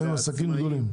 אלה עסקים גדולים.